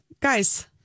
Guys